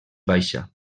baixa